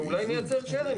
אולי נייצר קרן,